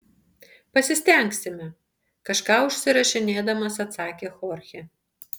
pasistengsime kažką užsirašinėdamas atsakė chorchė